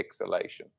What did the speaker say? pixelation